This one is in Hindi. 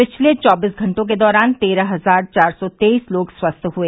पिछले चौबीस घंटों के दौरान तेरह हजार चार सौ तेईस लोग स्वस्थ हुए